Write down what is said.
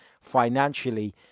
financially